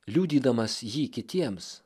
liudydamas jį kitiems